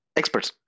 experts